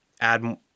add